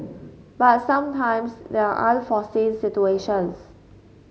but sometimes there are unforeseen situations